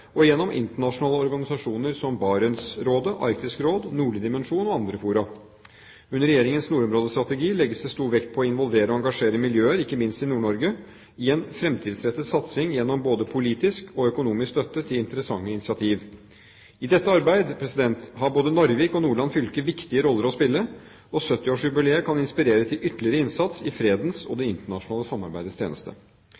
og gjennom internasjonale organisasjoner som Barentsrådet, Arktisk råd, Den nordlige dimensjon og andre fora. Under Regjeringens nordområdestrategi legges det stor vekt på å involvere og engasjere miljøer, ikke minst i Nord-Norge, i en fremtidsrettet satsing gjennom både politisk og økonomisk støtte til interessante initiativ. I dette arbeidet har både Narvik og Nordland fylke viktige roller å spille, og 70-årsjubileet kan inspirere til ytterligere innsats i fredens og det